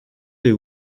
paie